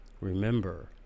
Remember